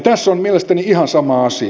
tässä on mielestäni ihan sama asia